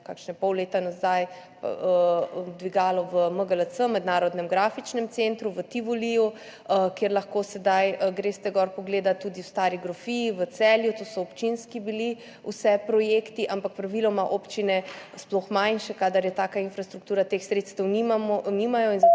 kakšnega pol leta nazaj se je odprlo dvigalo v MGLC, Mednarodnem grafičnem likovnem centru v Tivoliju, kjer lahko sedaj greste gor pogledat, tudi v Stari grofiji v Celju, to so bili vse občinski projekti, ampak praviloma občine, sploh manjše, kadar je taka infrastruktura, teh sredstev nimajo in zato